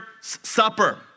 Supper